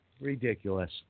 Ridiculous